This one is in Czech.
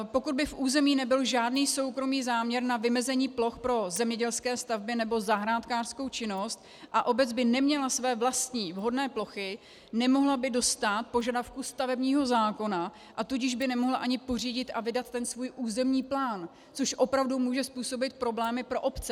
Pokud by v území nebyl žádný soukromý záměr na vymezení ploch pro zemědělské stavby nebo zahrádkářskou činnost a obec by neměla své vlastní vhodné plochy, nemohla by dostát požadavku stavebního zákona, a tudíž by ani nemohla pořídit a vydat ten svůj územní plán, což opravdu může způsobit problémy pro obce.